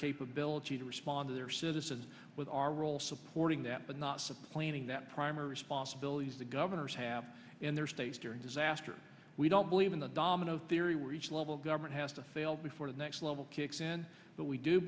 capability to respond to their services with our role supporting that but not supplanting that primary responsibility is the governors have in their states during disaster we don't believe in the domino theory where each level of government has to fail before the next level kicks in but we do